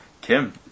Kim